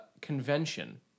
Convention